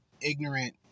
ignorant